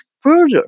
further